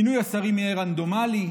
מינוי השרים יהיה רנדומלי.